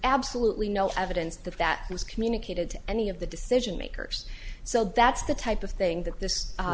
absolutely no evidence that that was communicated to any of the decision makers so that's the type of thing that this